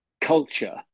culture